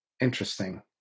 Interesting